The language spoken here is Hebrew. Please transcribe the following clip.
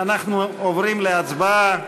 אנחנו עוברים להצבעה.